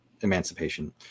emancipation